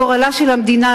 גורלה של המדינה,